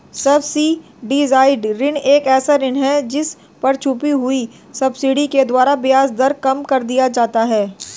subsidised ऋण एक ऐसा ऋण है जिस पर छुपी हुई सब्सिडी के द्वारा ब्याज दर कम कर दिया जाता है